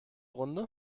runde